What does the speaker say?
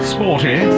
Sporty